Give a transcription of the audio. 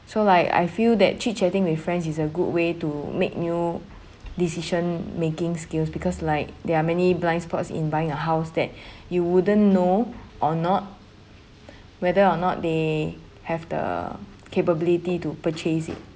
so like I feel that chit-chatting with friends is a good way to make new decision making skills because like there are many blind spots in buying a house that you wouldn't know or not whether or not they have the capability to purchase it